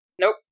Nope